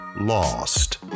lost